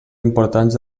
importants